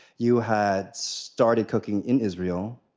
you had started cooking in israel.